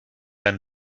einen